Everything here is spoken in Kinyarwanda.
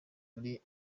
muri